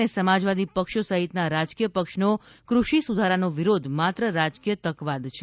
અને સમાજવાદી પક્ષ સહિતના રાજકીય પક્ષનો કૃષિ સુધારાનો વિરોધ માત્ર રાજકીય તકવાદ છે